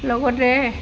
লগতে